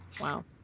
Wow